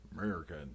American